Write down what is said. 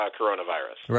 coronavirus